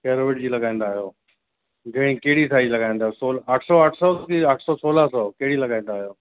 केरोविड जी लॻाईंदा आहियो घ कहिड़ी साइज़ लॻाईंदो आहियो सौ आठ सौ आठ सौ कि आठ सौ सोराह सौ कहिड़ी लॻाईंदो आहियो